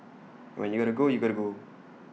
when you gotta go you gotta go